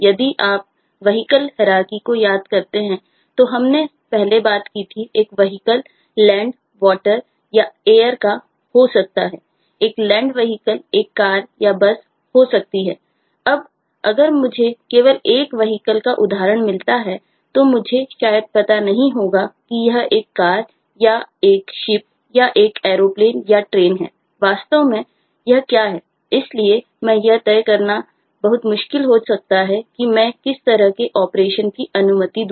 यदि आप vehicle hierarchy की अनुमति दूं